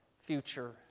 future